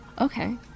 Okay